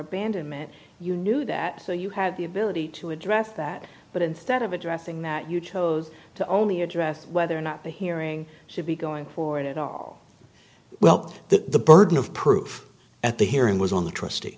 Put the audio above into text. abandonment you knew that you had the ability to address that but instead of addressing that you chose to only address whether or not the hearing should be going forward at all well the burden of proof at the hearing was on the trustee